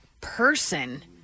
person